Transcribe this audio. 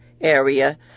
area